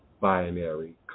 binary